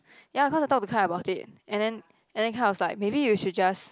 ya cause I thought because I bought it and then and then Kai was like maybe you should just